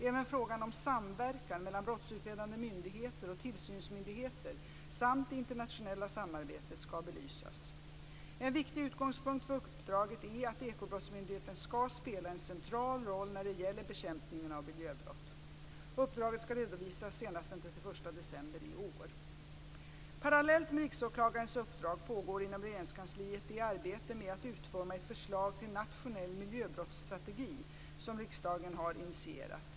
Även frågan om samverkan mellan brottsutredande myndigheter och tillsynsmyndigheter samt det internationella samarbetet skall belysas. En viktig utgångspunkt för uppdraget är att Ekobrottsmyndigheten skall spela en central roll när det gäller bekämpningen av miljöbrott. Uppdraget skall redovisas senast den 31 december i år. Parallellt med Riksåklagarens uppdrag pågår inom Regeringskansliet det arbete med att utforma ett förslag till nationell miljöbrottsstrategi som riksdagen har initierat .